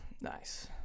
Nice